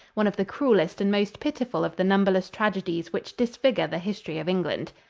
one of the cruelest and most pitiful of the numberless tragedies which disfigure the history of england.